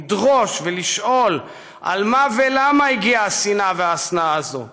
לדרוש ולשאול על מה ולמה הגיעו השנאה וההשנאה האלה,